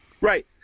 Right